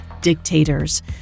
Dictators